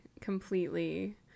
completely